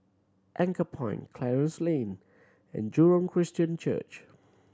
Anchorpoint Clarence Lane and Jurong Christian Church